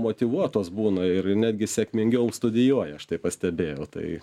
motyvuotos būna ir netgi sėkmingiau studijuoja aš tai pastebėjau tai